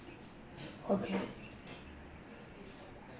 okay